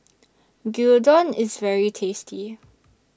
Gyudon IS very tasty